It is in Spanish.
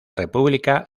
república